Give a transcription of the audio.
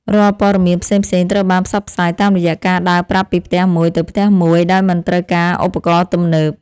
រាល់ព័ត៌មានផ្សេងៗត្រូវបានផ្សព្វផ្សាយតាមរយៈការដើរប្រាប់ពីផ្ទះមួយទៅផ្ទះមួយ ដោយមិនត្រូវការឧបករណ៍ទំនើប។